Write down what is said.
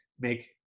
make